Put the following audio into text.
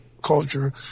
culture